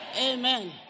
Amen